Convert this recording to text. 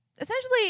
essentially